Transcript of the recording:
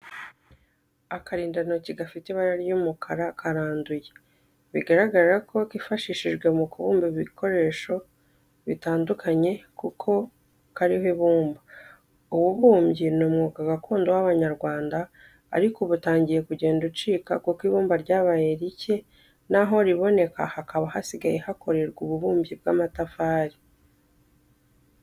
Akarindantoki gafite ibara ry'umukara karanduye, bigaragara ko kifashishijwe mu kubumba ibikoresho bitandukanye kuko kariho ibumba. Ububumbyi ni umwuga gakondo w'abanyarwanda ariko ubu utangiye kugenda ucika kuko ibumba ryabaye ricye n'aho riboneka hakaba hasigaye hakorerwa ububumbyi bw'amatafari.